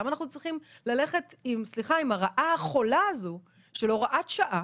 למה אנחנו צריכים ללכת עם הרעה החולה הזו של הוראת שעה